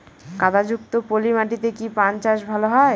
কাদা যুক্ত পলি মাটিতে কি পান চাষ ভালো হবে?